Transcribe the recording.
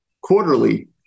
quarterly